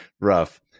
rough